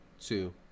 two